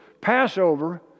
Passover